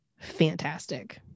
fantastic